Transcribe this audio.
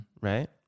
right